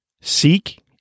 Seek